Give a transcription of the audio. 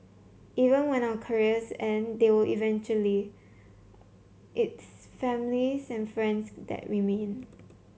even when our careers and they will eventually it's families and friends that remain